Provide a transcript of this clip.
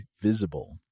Visible